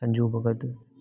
Sanju Bhagat